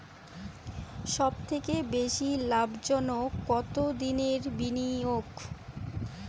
সবথেকে বেশি লাভজনক কতদিনের বিনিয়োগ?